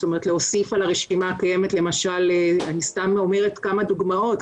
זאת אומרת להוסיף על הרשימה הקיימת אני סתם אומרת כמה דוגמאות,